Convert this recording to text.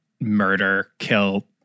murder-kill